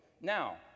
Now